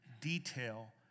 detail